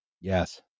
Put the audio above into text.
Yes